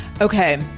Okay